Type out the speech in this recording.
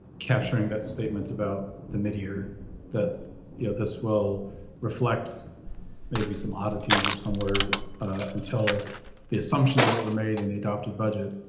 capturing that statement about the mid year that you know this will reflect maybe some oddities or somewhere until the assumptions that were made in the adopted budget